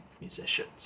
musicians